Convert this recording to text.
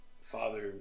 father